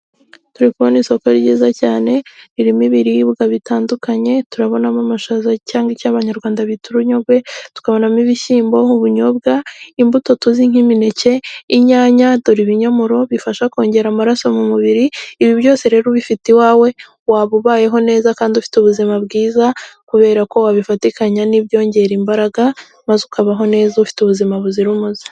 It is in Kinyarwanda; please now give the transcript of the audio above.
Turi kubona isoko ryiza cyane ririmo ibiribwa bitandukanye turabonamo amashaza cyangwa icyo abanyarwanda bita urunyogwe, tukabonamo ibishyimbo, ubunyobwa, imbuto tuzi nk'imineke, inyanya dore ibinyomoro bifasha kongera amaraso mu mubiri, ibi byose rero ubifite iwawe waba ubayeho neza kandi ufite ubuzima bwiza kubera ko wabifatikanya n'ibyongera imbaraga maze ukabaho neza ufite ubuzima buzira umuze.